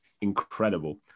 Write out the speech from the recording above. incredible